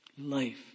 life